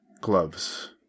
gloves